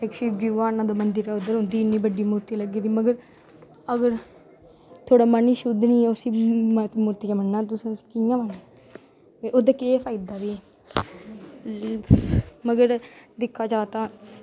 इक्क शिवजी भगवान दा मंदर उंदी एड्डी बड्डी मुर्ति लग्गी दी मगर अगर थुआढ़ा मन निं शुद्ध होऐ उस मुर्ति गी मन्नना तुसें कियां मन्नना ते ओह्दा केह् फायदा भी मगर दिक्खा जा तां